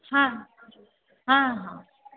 हा हा हा